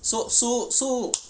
so so so